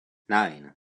nine